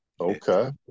Okay